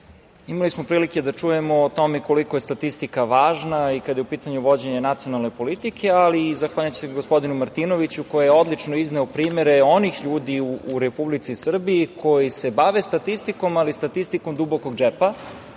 imali smo prilike da čujemo o tome koliko je statistika važna i kada je u pitanju vođenje nacionalne politike ali zahvaljujem se i gospodinu Martinoviću koji je odlično izneo primere onih ljudi u Republici Srbiji koje se bave statistikom ali statistikom dubokog džepa,